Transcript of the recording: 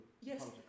Yes